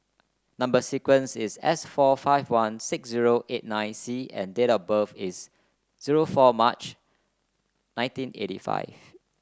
number sequence is S four five one six zero eight nine C and date of birth is zero four March nineteen eighty five